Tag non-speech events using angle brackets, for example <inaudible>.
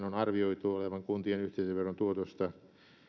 <unintelligible> on arvioitu olevan kuntien yhteisöveron tuotosta